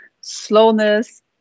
slowness